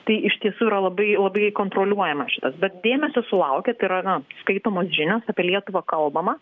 tai iš tiesų yra labai labai kontroliuojamas šitas bet dėmesio sulaukia tai yra na skaitomos žinios apie lietuvą kalbama